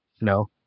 No